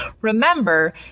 Remember